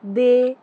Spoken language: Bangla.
দে